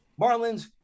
Marlins